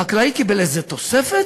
החקלאי קיבל איזו תוספת?